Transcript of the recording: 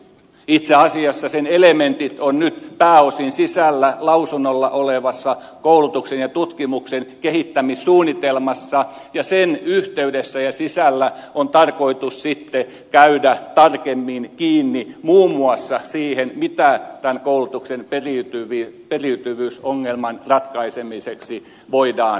itse asiassa sen elementit ovat nyt pääosin sisällä lausunnolla olevassa koulutuksen ja tutkimuksen kehittämissuunnitelmassa ja sen yhteydessä ja sisällä on tarkoitus sitten käydä tarkemmin kiinni muun muassa siihen mitä tämän koulutuksen periytyvyysongelman ratkaisemiseksi voidaan tehdä